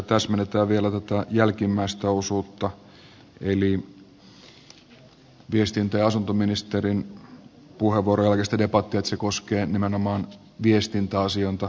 täsmennetään vielä jälkimmäistä osuutta eli viestintä ja asuntoministerin puheenvuoron jälkeinen debatti koskee nimenomaan viestintäasioita